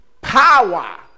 power